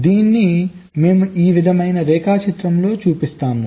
దీన్ని మేము ఈ విధమైన రేఖాచిత్ర రూపంలో చూపిస్తాము